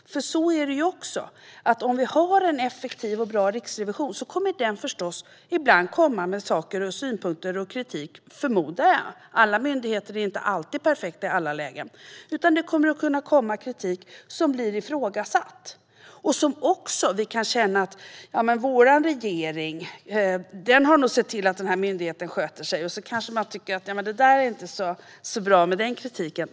Om vi har en effektiv och bra riksrevision kommer den förstås ibland att komma med kritik och synpunkter som förmodligen kommer att bli ifrågasatta. Alla myndigheter är inte alltid perfekta i alla lägen. Vi kan ibland tänka att vår regering nog har sett till att en viss myndighet sköter sig, och kanske tycker vi att det som kommer fram genom viss kritik inte är särskilt bra.